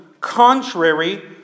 contrary